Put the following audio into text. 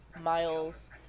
Miles